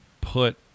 put